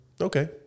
okay